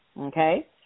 Okay